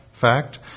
fact